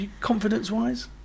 Confidence-wise